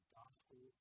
gospel